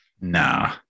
nah